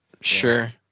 Sure